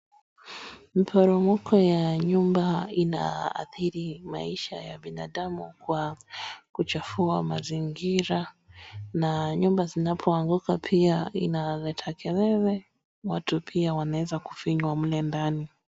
Mporomoko ya nyumba inaathiri maisha ya binadamu kwa kuchafua mazingira na nyumba zinapoanguka pia inaleta kelele. Watu pia wanaweza kufinywa mle ndani.